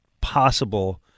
possible